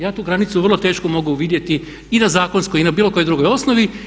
Ja tu granicu vrlo teško mogu vidjeti i na zakonskoj i na bilo kojoj drugoj osnovi.